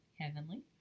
Heavenly